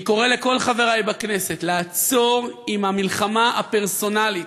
אני קורא לכל חברי בכנסת לעצור עם המלחמה הפרסונלית.